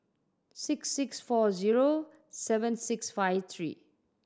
six six four zero seven six five three